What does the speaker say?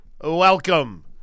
Welcome